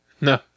no